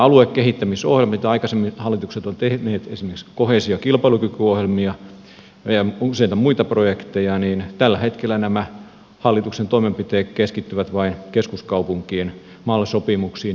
näitä aluekehittämisohjelmia aikaisemmin hallitukset ovat tehneet esimerkiksi koheesio ja kilpailukykyohjelmia ja useita muita projekteja mutta tällä hetkellä nämä hallituksen toimenpiteet keskittyvät vain keskuskaupunkien mal sopimuksiin inka ohjelmiin